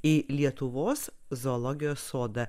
į lietuvos zoologijos sodą